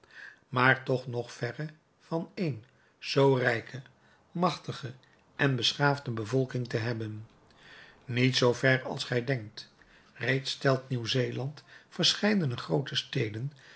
maar toch nog verre van een zoo rijke machtige en beschaafde bevolking te hebben niet zoo ver als gij denkt reeds telt nieuw-zeeland verscheidene groote steden